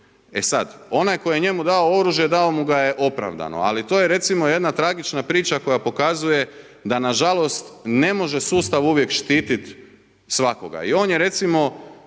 E sad, onaj koji je njemu dao oružje, dao mu ga je opravdano ali to je recimo jedna tragična priča koja pokazuje da nažalost ne može sustav uvijek štiti svakoga. I on je recimo